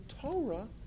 Torah